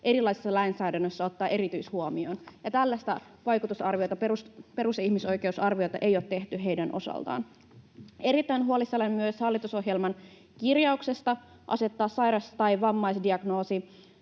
erilaisessa lainsäädännössä ottaa erityishuomioon, ja tällaista perus- ja ihmisoikeuksien vaikutusarviota ei ole tehty heidän osaltaan. Erittäin huolissani olen myös hallitusohjelman kirjauksesta asettaa sairaus- tai vammaisdiagnoosi